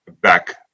back